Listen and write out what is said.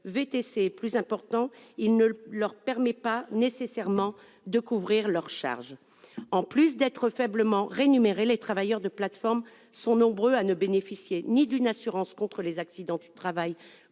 VTC est plus important, il ne leur permet pas toujours de couvrir leurs charges. En plus d'être faiblement rémunérés, les travailleurs de plateformes sont nombreux à ne bénéficier ni d'une assurance contre les accidents du travail,